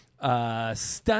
Stunt